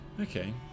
Okay